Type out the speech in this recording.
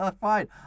Fine